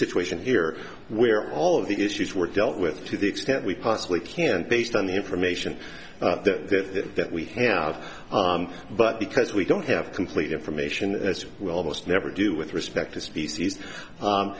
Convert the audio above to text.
situation here where all of the issues were dealt with to the extent we possibly can based on the information that that we have but because we don't have complete information as well most never do with respect to